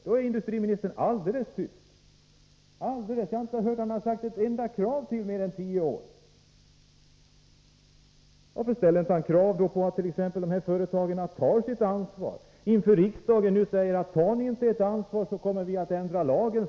Då är industriministern tyst. Varför kräver han inte t.ex. att de här företagen skall ta sitt ansvar? Han skulle kunna säga här i riksdagen: Tar ni inte ert ansvar kommer vi att ändra lagen.